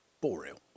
Boreal